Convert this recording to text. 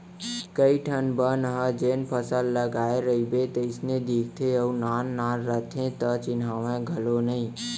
कइ ठन बन ह जेन फसल लगाय रइबे तइसने दिखते अउ नान नान रथे त चिन्हावय घलौ नइ